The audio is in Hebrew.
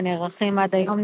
ונערכים עד היום,